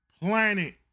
planet